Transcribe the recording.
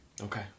Okay